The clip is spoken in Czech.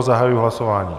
Zahajuji hlasování.